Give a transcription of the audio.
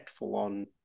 on